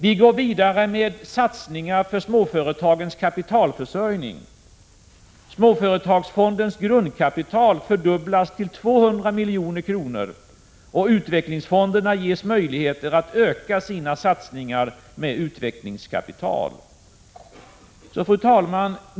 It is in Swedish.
Vi går vidare med satsningar för småföretagens kapitalförsörjning. Småföretagsfondens grundkapital fördubblas till 200 milj.kr., och utvecklingsfonderna ges möjligheter att öka sina satsningar med utvecklingskapital. Fru talman!